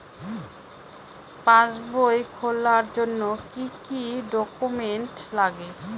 পাসবই খোলার জন্য কি কি ডকুমেন্টস লাগে?